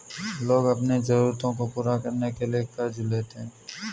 लोग अपनी ज़रूरतों को पूरा करने के लिए क़र्ज़ लेते है